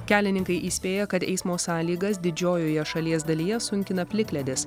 kelininkai įspėja kad eismo sąlygas didžiojoje šalies dalyje sunkina plikledis